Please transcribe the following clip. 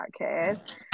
podcast